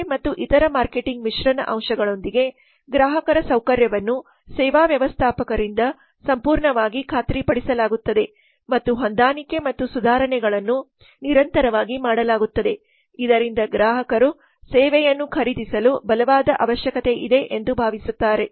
ಬೆಲೆ ಮತ್ತು ಇತರ ಮಾರ್ಕೆಟಿಂಗ್ ಮಿಶ್ರಣ ಅಂಶಗಳೊಂದಿಗೆ ಗ್ರಾಹಕರ ಸೌಕರ್ಯವನ್ನು ಸೇವಾ ವ್ಯವಸ್ಥಾಪಕರಿಂದ ಸಂಪೂರ್ಣವಾಗಿ ಖಾತ್ರಿಪಡಿಸಲಾಗುತ್ತದೆ ಮತ್ತು ಹೊಂದಾಣಿಕೆ ಮತ್ತು ಸುಧಾರಣೆಗಳನ್ನು ನಿರಂತರವಾಗಿ ಮಾಡಲಾಗುತ್ತದೆ ಇದರಿಂದ ಗ್ರಾಹಕರು ಸೇವೆಯನ್ನು ಖರೀದಿಸಲು ಬಲವಾದ ಅವಶ್ಯಕತೆಯಿದೆ ಎಂದು ಭಾವಿಸುತ್ತಾರೆ